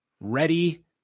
ready